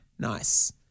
Nice